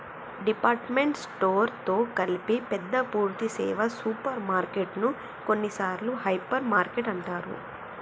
department store తో కలిపి పెద్ద పూర్థి సేవ సూపర్ మార్కెటు ను కొన్నిసార్లు హైపర్ మార్కెట్ అంటారు